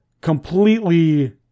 completely